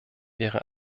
wäre